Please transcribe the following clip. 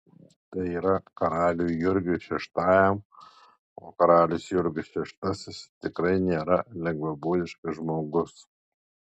tai yra karaliui jurgiui šeštajam o karalius jurgis šeštasis tikrai nėra lengvabūdiškas žmogus